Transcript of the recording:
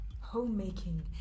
Homemaking